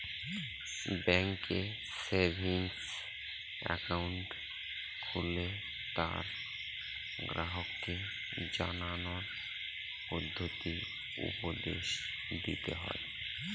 ব্যাঙ্কে savings account খুললে তা গ্রাহককে জানানোর পদ্ধতি উপদেশ দিতে হয়